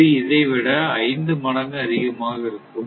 இது இதை விட 5 மடங்கு அதிகமாக இருக்கும்